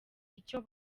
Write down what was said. icyo